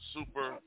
Super